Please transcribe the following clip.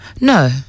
No